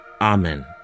Amen